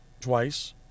twice